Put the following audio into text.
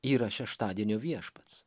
yra šeštadienio viešpats